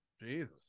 jesus